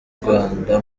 rwanda